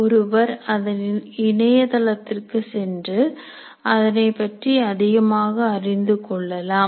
ஒருவர் அதன் இணையதளத்திற்கு சென்று அதனைப் பற்றி அதிகமாக அறிந்து கொள்ளலாம்